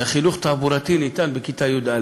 וחינוך תעבורתי ניתן בכיתה י"א.